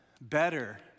better